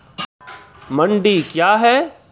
मंडी क्या हैं?